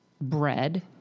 bread